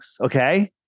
Okay